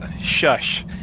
shush